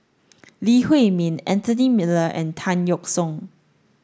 Lee Huei Min Anthony Miller and Tan Yeok Seong